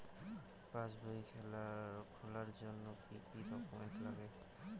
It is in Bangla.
পাসবই খোলার জন্য কি কি ডকুমেন্টস লাগে?